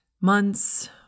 months